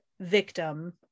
victim